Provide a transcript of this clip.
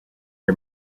are